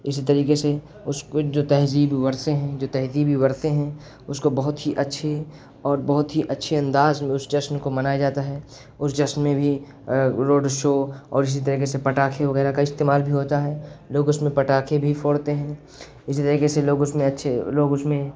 اسی طریقے سے اس کو جو تہذیبی ورثے ہیں جو تہذیبی ورثے ہیں اس کو بہت ہی اَچّھے اور بہت ہی اچھے انداز میں اس جشن کو منایا جاتا ہے اس جشن میں بھی روڈ شو اور اسی طریقے سے پٹاخے وغیرہ کا استعمال بھی ہوتا ہے لوگ اس میں پٹاخے بھی پھوڑتے ہیں اسی طریقے سے لوگ اس میں اچھے لوگ اس میں